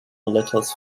letters